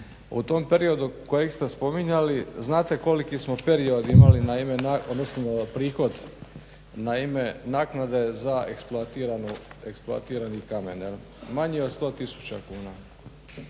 U tom periodu kojeg ste spominjali, znate koliki smo period imali, na ime, odnosno prihod, na ime naknade za eksploatiranu, eksploatirani kamen jel, manji